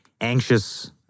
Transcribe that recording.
anxious